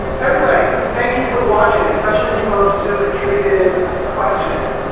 everybody, thank you for watching, especially the folks who contributed questions.